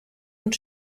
und